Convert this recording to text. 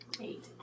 Eight